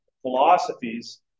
philosophies